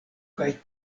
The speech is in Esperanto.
kaj